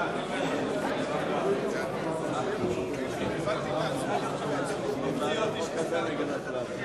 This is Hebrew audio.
להעביר את הצעת חוק המוסד העליון ללשון העברית (תיקון,